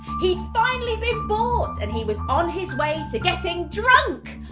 he'd finally been bought and he was on his way to getting drunk.